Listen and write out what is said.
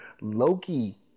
Loki